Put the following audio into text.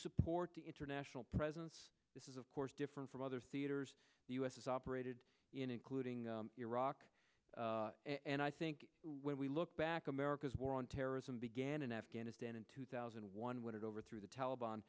support the international presence this is of course different from other theaters the u s has operated in including iraq and i think when we look back america's war on terrorism began in afghanistan in two thousand and one when it overthrew the taliban